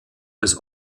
des